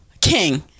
king